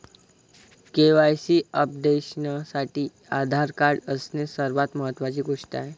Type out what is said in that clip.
KYC अपडेशनसाठी Aadhaar card असणे सर्वात महत्वाची गोष्ट आहे